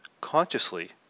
consciously